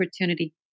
opportunity